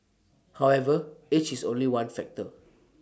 however age is only one factor